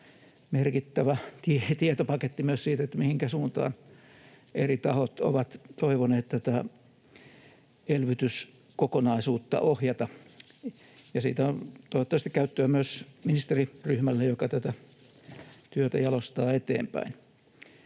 merkittävä tietopaketti myös siitä, mihinkä suuntaan eri tahot ovat toivoneet tätä elvytyskokonaisuutta ohjattavan, ja siitä on toivottavasti käyttöä myös ministeriryhmälle, joka tätä työtä jalostaa eteenpäin.